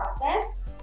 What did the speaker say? process